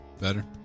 better